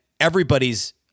everybody's